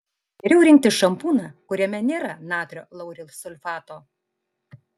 geriau rinktis šampūną kuriame nėra natrio laurilsulfato